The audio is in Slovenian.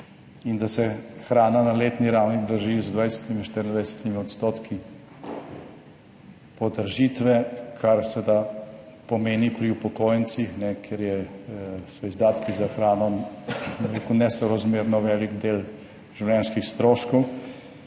in da se hrana na letni ravni draži z 20. in 24. odstotki podražitve, kar seveda pomeni pri upokojencih, ker je so izdatki za hrano, bom rekel, nesorazmerno velik del življenjskih stroškov,